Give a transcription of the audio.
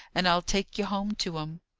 and i'll take ye home to um.